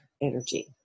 energy